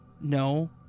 no